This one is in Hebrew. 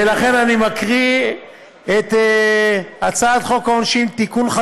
ולכן אני מקריא את הצעת חוק העונשין (תיקון,